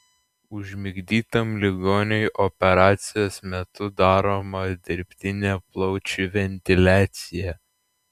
užmigdytam ligoniui operacijos metu daroma dirbtinė plaučių ventiliacija